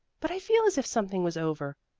but i feel as if something was over,